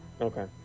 Okay